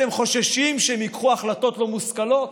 אתם חוששים שהם ייקחו החלטות לא מושכלות?